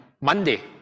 Monday